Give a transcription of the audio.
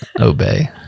obey